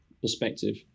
perspective